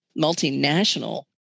multinational